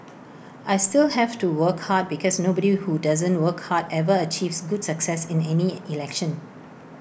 I still have to work hard because nobody who doesn't work hard ever achieves good success in any election